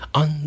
on